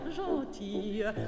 gentille